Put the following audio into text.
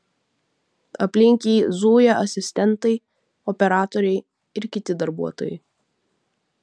aplink jį zuja asistentai operatoriai ir kiti darbuotojai